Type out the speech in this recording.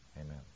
Amen